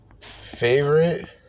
favorite